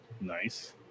Nice